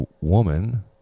woman